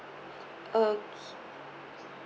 okay